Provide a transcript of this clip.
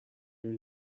ببین